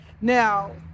Now